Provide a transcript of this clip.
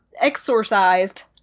exorcised